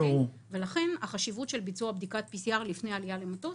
ולכן החשיבות של ביצוע בדיקת PCR לפני העלייה למטוס,